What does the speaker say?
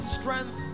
strength